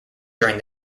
during